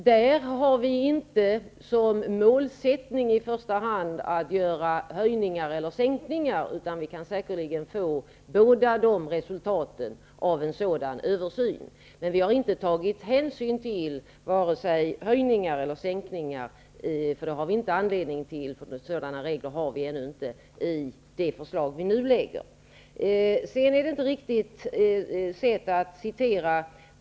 Detta har jag uttalat bl.a. i den tidningsartikel som Hans Göran Franck åberopar och som jag har anledning att återkomma till. Vi har här inte i första hand som målsättning att genomföra höjningar eller sänkningar, utan vi kan säkerligen uppnå båda de resultaten genom en översyn. Regeringen har i det förslag som nu läggs fram inte tagit ställning till vare sig höjningar eller sänkningar.